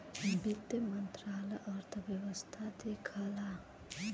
वित्त मंत्रालय अर्थव्यवस्था देखला